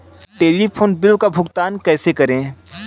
Telephone bill का भुगतान कैसे करें?